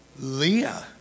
Leah